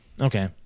Okay